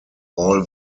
all